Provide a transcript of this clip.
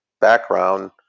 background